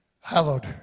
hallowed